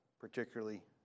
particularly